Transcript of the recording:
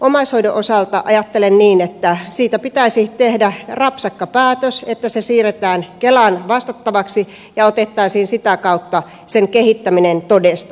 omaishoidon osalta ajattelen niin että siitä pitäisi tehdä rapsakka päätös että se siirretään kelan vastattavaksi ja otettaisiin sitä kautta sen kehittäminen todesta